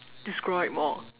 describe more